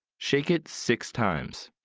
shake it six times.